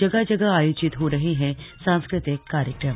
जगह जगह आयोजित हो रहे हैं सास्कृतिक कार्यक्रम